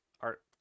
art